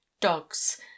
Dogs